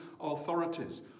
authorities